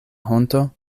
honto